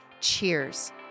cheers